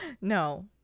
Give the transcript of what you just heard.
No